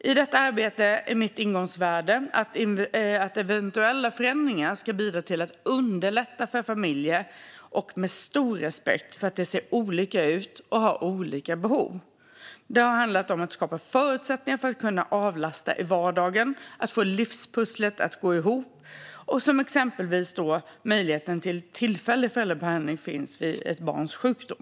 I detta arbete är mitt ingångsvärde att eventuella förändringar ska bidra till att underlätta för familjer, med stor respekt för att de ser olika ut och har olika behov. Det handlar om att skapa förutsättningar för att avlasta i vardagen och få livspusslet att gå ihop, exempelvis genom möjligheten till tillfällig föräldrapenning vid ett barns sjukdom.